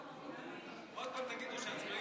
עוד פעם תגידו שעצמאי